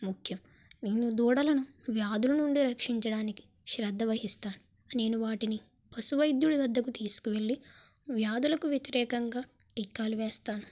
ముఖ్యం నేను దూడలను వ్యాధుల నుండి రక్షించడానికి శ్రద్ద వహిస్తాను నేను వాటిని పశు వైద్యుని వద్దకు తీసుకుని వెళ్లి వ్యాధులకు వ్యతిరేకంగా టీకాలు వేస్తాను